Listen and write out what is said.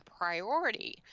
priority